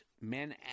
men